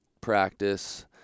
practice